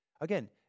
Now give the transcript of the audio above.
Again